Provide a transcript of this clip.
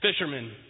fishermen